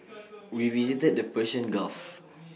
we visited the Persian gulf